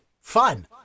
fun